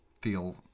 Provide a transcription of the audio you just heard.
feel